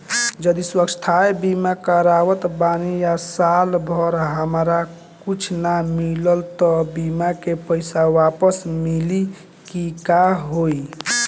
जदि स्वास्थ्य बीमा करावत बानी आ साल भर हमरा कुछ ना भइल त बीमा के पईसा वापस मिली की का होई?